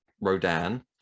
Rodan